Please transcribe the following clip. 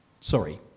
Sorry